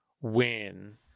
win